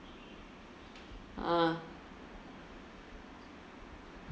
ah